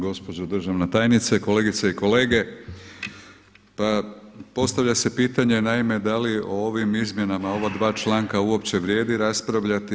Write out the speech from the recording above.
Gospođo državna tajnice, kolegice i kolege pa postavlja se pitanje naime da li o ovim izmjenama ova dva članka uopće vrijedi raspravljati?